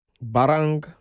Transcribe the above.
Barang